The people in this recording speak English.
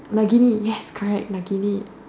like Nagini yes correct like Nagini